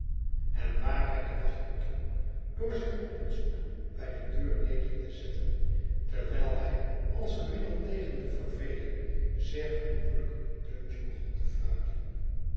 en waar hij de wacht betrok door zich op een stoel bij de deur neder te zetten terwijl hij als een middel tegen de verveling zeer genoeglijk een deuntje begon te fluiten